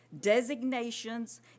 designations